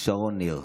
שרון ניר.